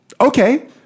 Okay